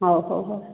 ହଉ ହଉ ହଉ